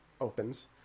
opens